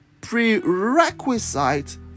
prerequisite